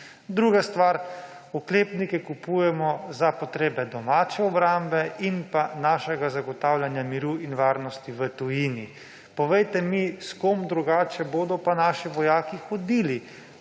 Druga stvar, oklepnike kupujemo za potrebe domače obrambe in pa našega zagotavljanja miru in varnosti v tujini. Povejte mi, s kom drugače bodo pa naši vojaki hodili?